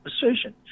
decision